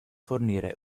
fornire